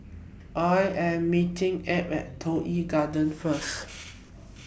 I Am meeting Ab At Toh Yi Garden First